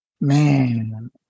man